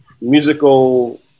musical